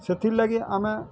ସେଥିର୍ଲାଗି ଆମେ